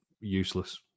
useless